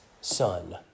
son